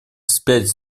вспять